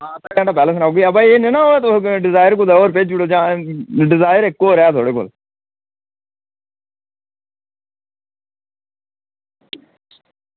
ते अद्धा घैंटा पैह्लें सनाई ओड़गे ते एह् निं ऐ कि तुस डिजायर कुदै होर भेजी ओड़गे ते जां डिजायर इक्क होर ऐ थुआढ़े कोल